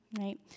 right